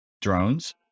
drones